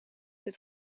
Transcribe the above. het